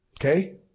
Okay